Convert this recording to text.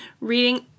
reading